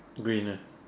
green ah